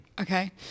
Okay